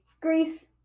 Greece